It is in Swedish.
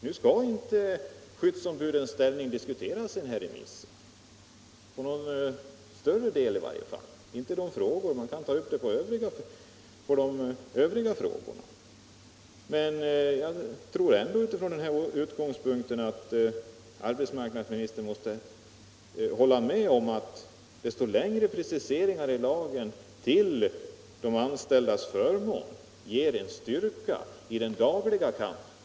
Nu skall inte skyddsombudens ställning diskuteras i denna remissomgång, i varje fall inte i någon större utsträckning i samband med de upptagna frågorna. Man kan dock ta upp den under övriga frågor. Men jag tror ändå från denna utgångspunkt att arbetsmarknadsministern måste hålla med om att ju längre preciseringarna i lagen går till de anställdas förmån, desto större styrka får de i den dagliga kampen.